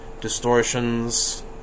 distortions